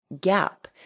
gap